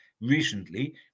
recently